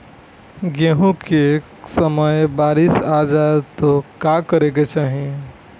गेहुँ कटनी के समय बारीस आ जाए तो का करे के चाही?